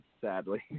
sadly